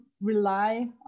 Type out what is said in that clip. rely